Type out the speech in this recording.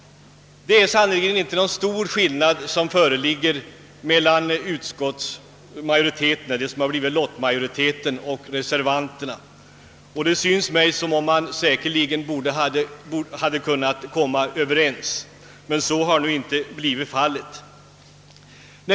Det är sannerligen inte någon stor skillnad i uppfattning mellan utskottets lottmajoritet och reservanterna, och det synes mig som om man borde ha kun nat komma överens, men så har det ju inte blivit.